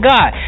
God